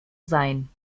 sein